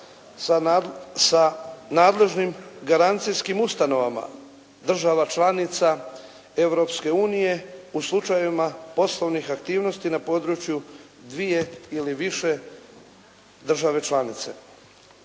sa nadležnim garancijskim ustanovama, država članica Europske unije u slučajevima poslovnih aktivnosti na području dvije ili više države članice.